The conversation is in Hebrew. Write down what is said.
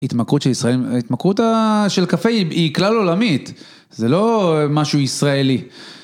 התמכרות של ישראל, התמכרות של קפה היא כלל עולמית, זה לא משהו ישראלי.